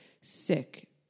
sick